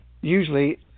usually